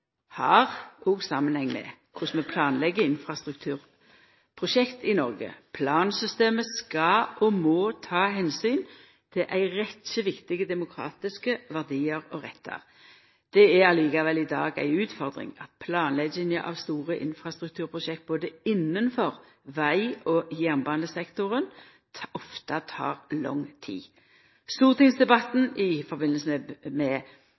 og effektivitet har òg samanheng med korleis vi planlegg infrastrukturprosjekt i Noreg. Plansystemet skal og må ta omsyn til ei rekkje viktige demokratiske verdiar og rettar. Det er likevel i dag ei utfordring at planlegginga av store infrastrukturprosjekt innanfor veg- og jernbanesektoren ofte tek lang tid. Stortingsdebatten i samband med